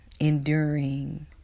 enduring